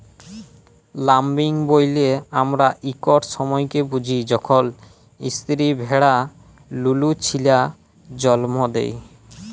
lambing ব্যলে আমরা ইকট সময়কে বুঝি যখল ইস্তিরি ভেড়া লুলু ছিলা জল্ম দেয়